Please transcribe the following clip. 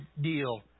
deal